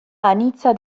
anitza